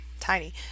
tiny